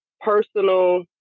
personal